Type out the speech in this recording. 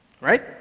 Right